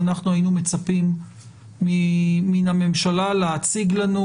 אנחנו מיד נבקש ממשרד הבריאות להציג את